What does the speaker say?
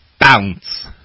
Bounce